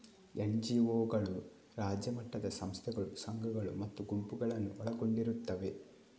ಎನ್.ಜಿ.ಒಗಳು ರಾಜ್ಯ ಮಟ್ಟದ ಸಂಸ್ಥೆಗಳು, ಸಂಘಗಳು ಮತ್ತು ಗುಂಪುಗಳನ್ನು ಒಳಗೊಂಡಿರುತ್ತವೆ